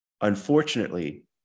Unfortunately